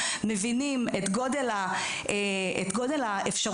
מבינים את גודל האפשרות,